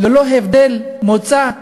ללא הבדל מוצא,